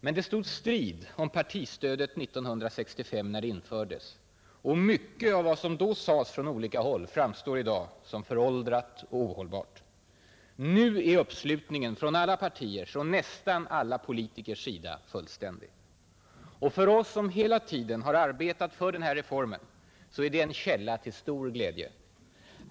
Men det stod strid om partistödet 1965 när det infördes, och mycket av vad som då sades från olika håll framstår i dag som föråldrat och ohållbart. Nu är uppslutningen från alla partiers och nästan alla politikers sida fullständig. För oss som hela tiden arbetat för den här reformen är det en källa till glädje.